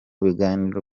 biganiro